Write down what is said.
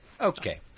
Okay